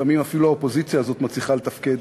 לפעמים אפילו האופוזיציה הזאת מצליחה לתפקד.